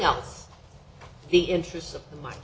else the interests of the mine